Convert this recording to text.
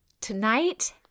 Tonight